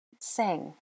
Sing